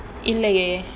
இல்லையே:illaiyae